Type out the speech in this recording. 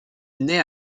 naît